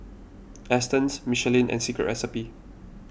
Astons Michelin and Secret Recipe